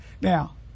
now